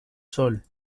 sol